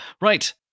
Right